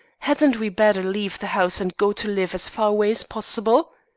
hadn't we better leave the house and go to live as far away as possible